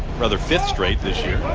rather fifth straight this year.